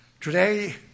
Today